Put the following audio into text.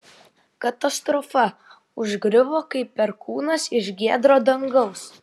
katastrofa užgriuvo kaip perkūnas iš giedro dangaus